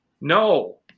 No